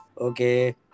Okay